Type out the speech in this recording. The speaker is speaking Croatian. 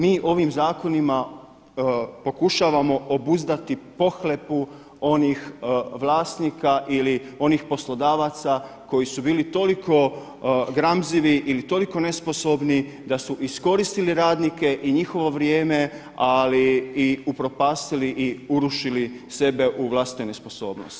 Mi ovim zakonima pokušavamo obuzdati pohlepu onih vlasnika ili onih poslodavaca koji su bili toliko gramzivi ili toliko nesposobni da su iskoristili radnike i njihovo vrijeme, ali upropastili i urušili sebe u vlastitoj nesposobnosti.